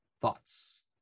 thoughts